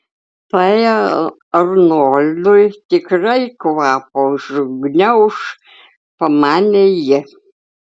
tai arnoldui tikrai kvapą užgniauš pamanė ji